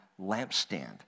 lampstand